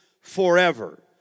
forever